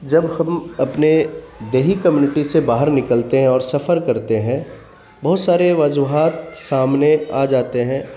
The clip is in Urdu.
جب خم اپنے دیہی کمیونٹی سے باہر نکلتے ہیں اور سفر کرتے ہیں بہت سارے وضوہات سامنے آ جاتے ہیں